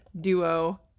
duo